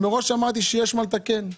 מראש אמרתי שיש מה לתקן.